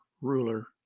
ruler